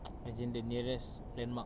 as in the nearest landmark